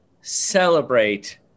celebrate